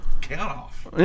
count-off